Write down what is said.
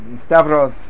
Stavros